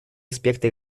аспекты